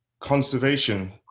conservation